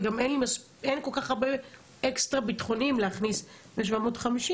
וגם אין כל כך הרבה אקסטרה ביטחוניים להכניס ל-750'.